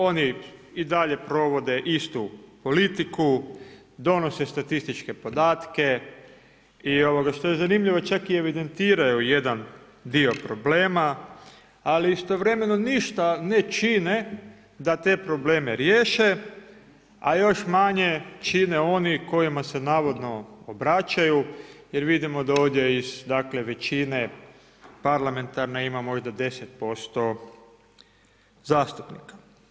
Oni i dalje provode istu politiku, donose statističke podatke i što je zanimljivo, čak i evidentiraju jedan dio problema, ali istovremeno ništa ne čine da te probleme riješe, a još manje čine oni kojima se navodno obraćaju jer vidimo da ovdje iz dakle, većine parlamentarne ima možda 10% zastupnika.